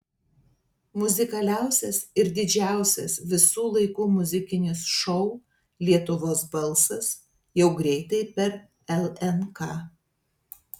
muzikaliausias ir didžiausias visų laikų muzikinis šou lietuvos balsas jau greitai per lnk